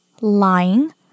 lying